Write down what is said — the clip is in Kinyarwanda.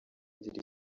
agira